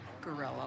Gorilla